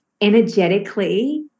energetically